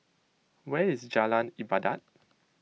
where is Jalan Ibadat